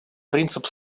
принцип